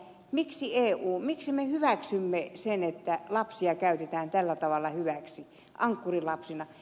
miksi eu miksi me hyväksymme sen että lapsia käytetään tällä tavalla hyväksi ankkurilapsina